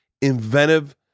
inventive